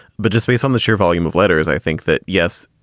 but just based on the sheer volume of letters, i think that, yes,